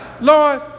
Lord